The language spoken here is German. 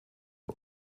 dem